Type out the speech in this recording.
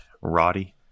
Roddy